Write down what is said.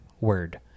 Word